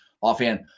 offhand